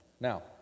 Now